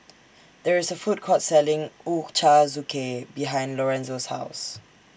There IS A Food Court Selling Ochazuke behind Lorenza's House